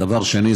דבר שני,